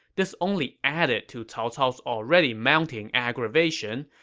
this only added to cao cao's already mounting aggravation,